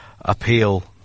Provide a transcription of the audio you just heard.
appeal